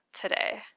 today